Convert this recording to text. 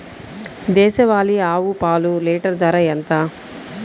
దేశవాలీ ఆవు పాలు లీటరు ధర ఎంత?